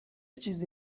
چیزی